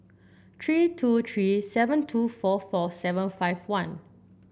three two three seven two four four seven five one